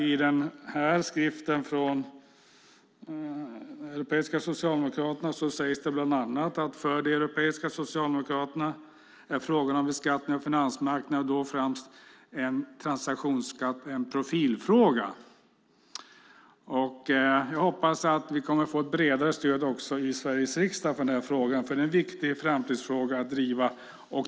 I skriften från de europeiska socialdemokraterna sägs det bland annat följande: För de europeiska socialdemokraterna är frågan om beskattning av finansmarknad, och då främst en transaktionsskatt, en profilfråga. Jag hoppas att vi kommer att få ett bredare stöd också i Sveriges riksdag för frågan, för det är en viktig framtidsfråga att driva.